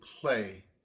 play